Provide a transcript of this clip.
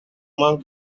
moment